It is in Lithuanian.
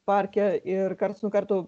parke ir karts nuo karto